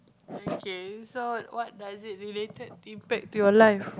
okay so what does it related impact to your life